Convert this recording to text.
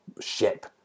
ship